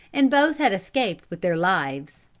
and both had escaped with their lives.